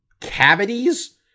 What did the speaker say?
cavities